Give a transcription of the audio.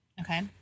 Okay